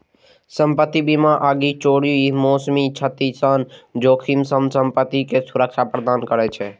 संपत्ति बीमा आगि, चोरी, मौसमी क्षति सन जोखिम सं संपत्ति कें सुरक्षा प्रदान करै छै